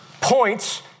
points